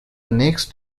next